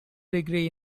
degree